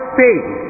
faith